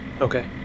okay